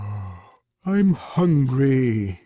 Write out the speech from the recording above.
i'm hungry.